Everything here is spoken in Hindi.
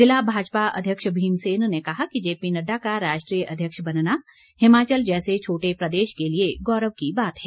जिला भाजपा अध्यक्ष भीमसेन ने कहा कि जेपी नड्डा का राष्ट्रीय अध्यक्ष बनना हिमाचल जैसे छोटे प्रदेश के लिए गौरव की बात है